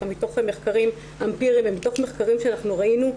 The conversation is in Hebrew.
מתוך מחקרים אמפיריים ומתוך מחקרים שראינו,